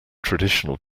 traditional